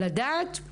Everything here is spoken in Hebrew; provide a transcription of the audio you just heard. לדעת,